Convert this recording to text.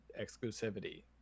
exclusivity